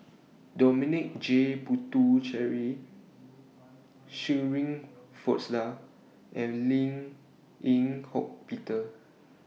Dominic J Puthucheary Shirin Fozdar and Lim Eng Hock Peter